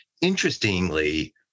Interestingly